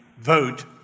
vote